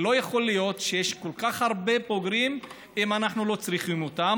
לא יכול להיות שיש כל כך הרבה בוגרים אם אנחנו לא צריכים אותם.